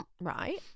right